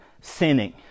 sinning